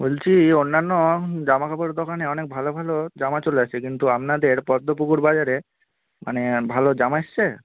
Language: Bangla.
বলছি অন্যান্য জামা কাপড়ের দোকানে অনেক ভালো ভালো জামা চলে এসেছে কিন্তু আপনাদের পদ্মপুকুর বাজারে মানে ভালো জামা এসেছে